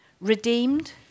redeemed